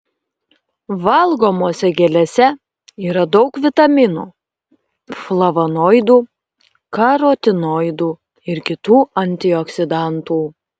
valgomose gėlėse yra daug vitaminų flavonoidų karotinoidų ir kitų antioksidantų